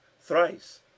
thrice